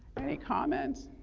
any comments?